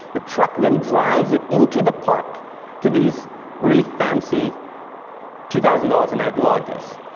the truck then drives it into the park to these really fancy two thousand dollars a night lodges,